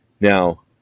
Now